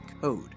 code